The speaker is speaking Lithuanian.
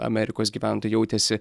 amerikos gyventojai jautėsi